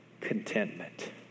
contentment